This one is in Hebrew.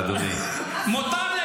אסורה המילה